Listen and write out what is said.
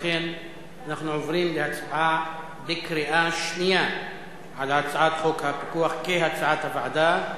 לכן אנחנו עוברים להצבעה בקריאה שנייה על הצעת חוק הפיקוח כהצעת הוועדה.